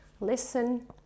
listen